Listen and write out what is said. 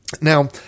Now